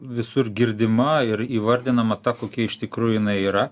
visur girdima ir įvardinama ta kokia iš tikrųjų jinai yra